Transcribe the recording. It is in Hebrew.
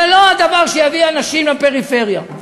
זה לא הדבר שיביא אנשים לפריפריה.